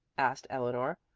asked eleanor.